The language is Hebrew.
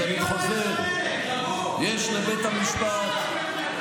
שבי בשקט.